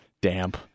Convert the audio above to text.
damp